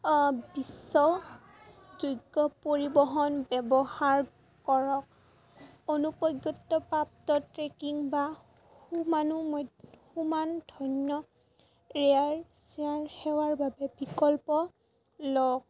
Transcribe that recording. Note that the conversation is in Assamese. বিশ্ব যোগ্য পৰিবহণ ব্যৱহাৰ কৰক অনুপজ্ঞত্বপ্ৰাপ্ত ট্ৰেকিং বা সুমানো সুমান ধন্য ৰেয়াৰ চেয়াৰ সেৱাৰ বাবে বিকল্প লওক